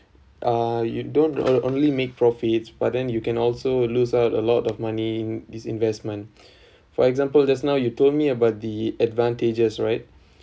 uh you don't on~ only make profits but then you can also lose out a lot of money this investment for example just now you told me about the advantages right